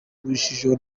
urujijo